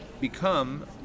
become